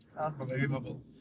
Unbelievable